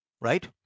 right